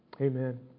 Amen